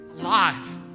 Alive